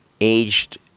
aged